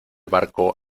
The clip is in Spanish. barco